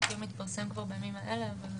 התזכיר מתפרסם בימים אלה.